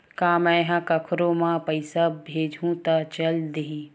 का मै ह कोखरो म पईसा भेजहु त चल देही?